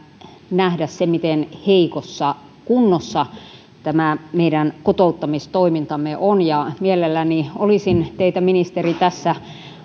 nähdä se miten heikossa kunnossa meidän kotouttamistoimintamme on mielelläni olisin teitä ministeri tässä